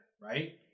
right